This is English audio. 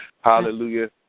Hallelujah